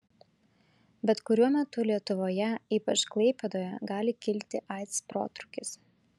bet kuriuo metu lietuvoje ypač klaipėdoje gali kilti aids protrūkis